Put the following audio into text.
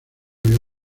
había